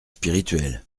spirituel